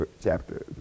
chapter